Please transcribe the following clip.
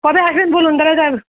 কবে আসবেন বলুন তাহলে ওটা